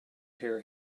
here